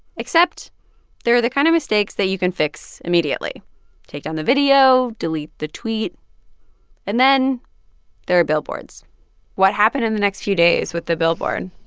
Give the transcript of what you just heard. except there are the kind of mistakes that you can fix immediately take down the video, delete the tweet and then there are billboards what happened in the next few days with the billboard?